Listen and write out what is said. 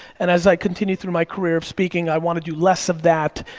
and as i continue through my career of speaking, i wanna do less of that,